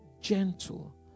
gentle